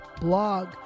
blog